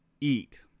eat